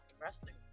wrestling